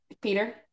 Peter